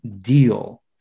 deal